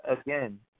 again